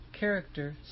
character